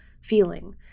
feeling